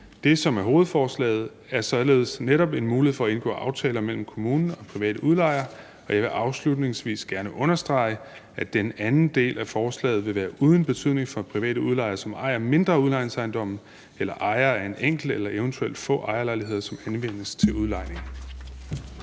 Det, som er hovedforslaget, er således netop en mulighed for at indgå aftaler mellem kommunen og private udlejere. Og jeg vil afslutningsvis gerne understrege, at den anden del af forslaget vil være uden betydning for private udlejere, som ejer mindre udlejningsejendomme eller ejer en enkelt eller eventuelt få ejerlejligheder, som anvendes til udlejning.